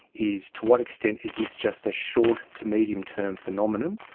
is to what extent is this just a short to medium term phenomenon,